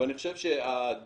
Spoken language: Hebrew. ואני חושב שהדעות